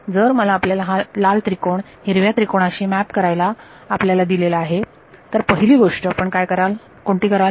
जर मला आपल्याला हा लाल त्रिकोण हिरव्या त्रिकोणाशी मॅप करायला आपल्याला दिलेला आहे तर पहिली गोष्ट आपण काय कराल कोणती कराल